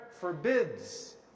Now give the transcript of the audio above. forbids